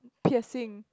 piercing